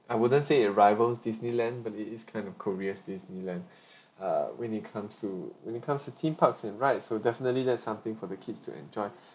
I wouldn't say it rival disneyland but it is kind of korea's disneyland uh when it comes to when it comes to theme parks and rides so definitely that's something for the kids to enjoy